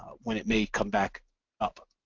when it may come back up.